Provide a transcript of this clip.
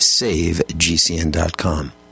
SaveGCN.com